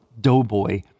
doughboy